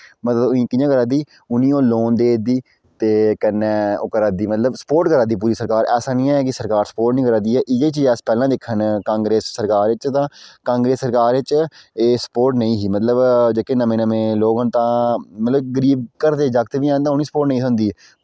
मदद कियां करा दी उनें ई ओह् लोन देआ दी ते कन्नै ओह् करा दी मतलव सपोट करा दी पूरी सरकार ऐसा नी ऐ कि सरकार सपोट नी करा दी ऐ इयै चीज़ अस पैह्लैं दिक्खा ने कांग्रेस सरकार बिच्च तां कांग्रेस सरकार बिच्च एह् सपोट नेईं ही मतलव जेह्के नमें नमें लोक न तां मतलव गरीब घर दे जागत हैन तां उनें सपोट नेईं थ्होंदी